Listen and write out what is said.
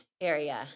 area